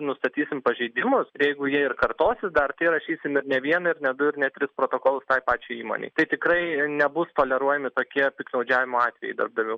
nustatysim pažeidimus jeigu jie ir kartosis dar tai rašysim ir ne vieną ir ne du ir ne tris protokolus tai pačiai įmonei tai tikrai nebus toleruojami tokie piktnaudžiavimo atvejai darbdavių